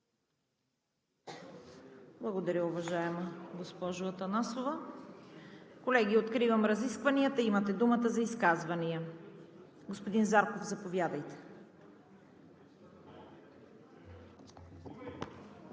Благодаря, уважаема госпожо Атанасова. Колеги, откривам разискванията. Имате думата за изказвания. Господин Зарков, заповядайте.